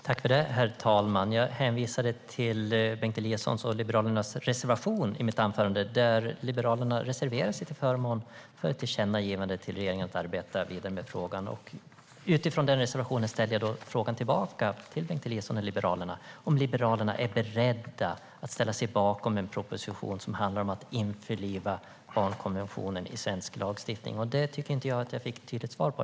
Herr talman! Jag hänvisade i mitt anförande till Bengt Eliassons och Liberalernas reservation, där Liberalerna reserverar sig till förmån för ett tillkännagivande till regeringen om att arbeta vidare med frågan. Utifrån den reservationen ställde jag då frågan tillbaka till Bengt Eliasson och Liberalerna om Liberalerna är beredda att ställa sig bakom en proposition som handlar om att införliva barnkonventionen i svensk lagstiftning. Det tycker jag inte att jag fick ett tydligt svar på.